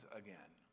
again